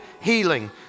healing